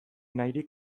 nahirik